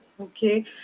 Okay